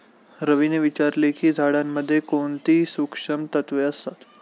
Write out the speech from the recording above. रवीने विचारले की झाडांमध्ये कोणती सूक्ष्म तत्वे असतात?